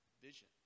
vision